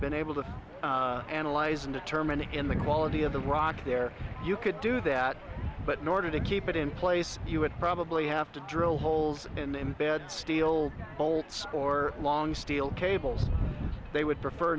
been able to analyze and determine in the quality of the rock there you could do that but in order to keep it in place you would probably have to drill holes in them bad steel bolts or long steel cables they would prefer